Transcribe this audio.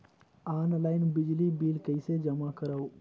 Online बिजली bill कइसे जमा करव?